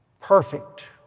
Perfect